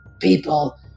people